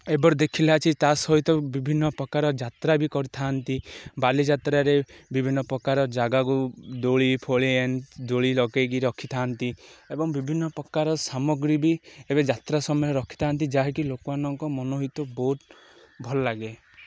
ଏବେର ଦେଖିଲା ଅଛି ତା' ସହିତ ବିଭିନ୍ନ ପ୍ରକାର ଯାତ୍ରା ବି କରିଥାନ୍ତି ବାଲିଯାତ୍ରାରେ ବିଭିନ୍ନ ପ୍ରକାର ଜାଗାକୁ ଦୋଳିଫୋଳି ଦୋଳି ଲଗେଇକି ରଖିଥାନ୍ତି ଏବଂ ବିଭିନ୍ନ ପ୍ରକାର ସାମଗ୍ରୀ ବି ଏବେ ଯାତ୍ରା ସମୟରେ ରଖିଥାନ୍ତି ଯାହାକି ଲୋକମାନଙ୍କ ମନୋହିତ ବହୁତ ଭଲଲାଗେ